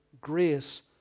grace